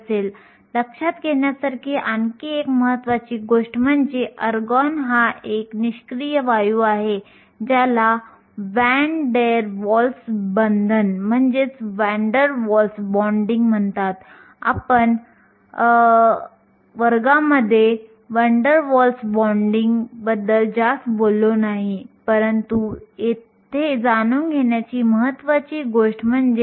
म्हणून लक्षात ठेवा की आपल्यकडे इलेक्ट्रॉन आहेत जे वाहक बँडमध्ये फिरत असतात आणि आपल्याकडे छिद्र असतात जे व्हॅलेन्स बँडमध्ये फिरत असतात परंतु हे सिलिकॉन अणूंच्या घनतेतून फिरत असतात